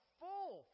full